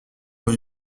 dans